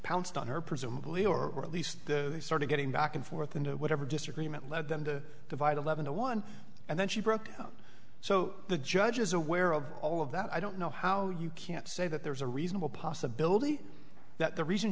pounced on her presumably or at least they started getting back and forth into whatever disagreement led them to divide eleven to one and then she broke down so the judge is aware of all of that i don't know how you can't say that there's a reasonable possibility that the reason